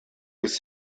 des